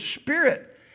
Spirit